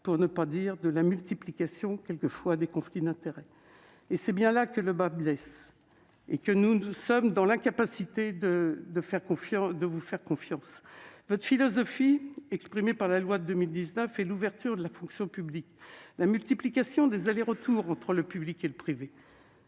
pour ne pas dire de la multiplication des conflits d'intérêts. C'est bien là que le bât blesse et que nous sommes dans l'incapacité de vous faire confiance. Votre philosophie, exprimée par la loi de 2019, est l'ouverture de la fonction publique et la multiplication des allers-retours entre le public et le privé.